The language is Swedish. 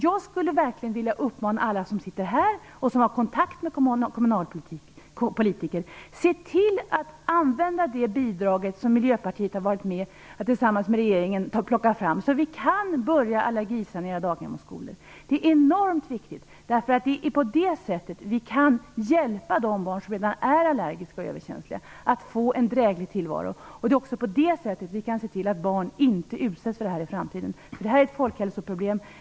Jag skulle verkligen vilja uppmana alla som sitter här och som har kontakt med kommunalpolitiker att se till att använda det bidraget som Miljöpartiet tilsammans med regeringen har tagit fram, så att vi kan börja allergisanera daghem och skolor. Det är enormt viktigt. Det är därigenom vi kan hjälpa de barn som redan är allergiska och överkänsliga att få en dräglig tillvaro. Det är också på det sättet vi kan se till att barn inte utsätts för det här i framtiden. Det här är ett folkhälsoproblem.